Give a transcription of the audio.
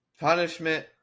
punishment